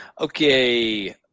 Okay